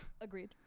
Agreed